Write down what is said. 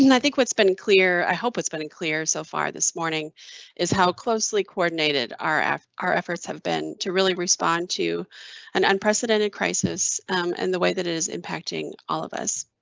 and i think what's been clear, i hope it's been and clear so far this morning is how closely coordinated are our efforts have been to really respond to an unprecedented crisis and the way that is impacting all of us.